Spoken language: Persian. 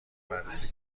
بررسی